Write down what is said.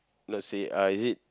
let's say uh is it